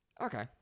Okay